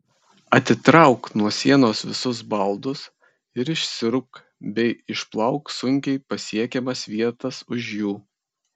atitrauk nuo sienos visus baldus ir išsiurbk bei išplauk sunkiai pasiekiamas vietas už jų